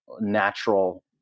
natural